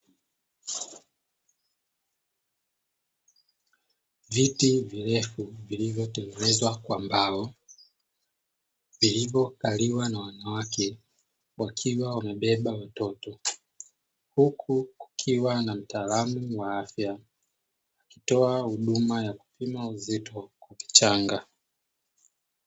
Viti virefu vilivyotengenezwa kwa mbao, vilivyokaliwa na wanawake wakiwa wamebeba watoto; huku kukiwa na mtaalamu wa afya akitoa huduma ya kupima uzito kwa vichanga.